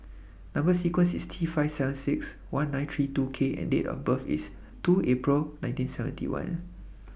Number sequence IS T five seven six one nine three two K and Date of birth IS two April one thousand nine hundred and seventy one